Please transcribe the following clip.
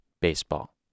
Baseball